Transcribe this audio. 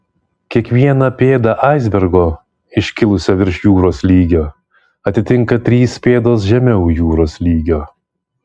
kiekvieną pėdą aisbergo iškilusio virš jūros lygio atitinka trys pėdos žemiau jūros lygio